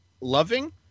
loving